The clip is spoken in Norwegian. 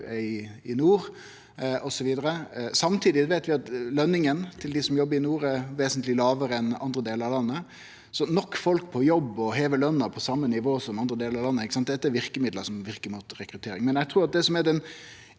Samtidig veit vi at løningane til dei som jobbar i nord, er vesentleg lågare enn i andre delar av landet. Nok folk på jobb og å heve løna til same nivå som i andre delar av landet, er verkemiddel som verkar for rekruttering.